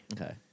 Okay